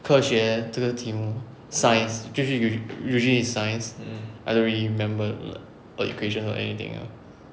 科学这个题目 science usua~ usual~ usually is science I don't really remember the the equation or anything else